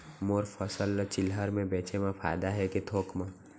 मोर फसल ल चिल्हर में बेचे म फायदा है के थोक म?